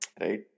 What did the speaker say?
right